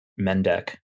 Mendek